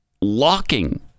locking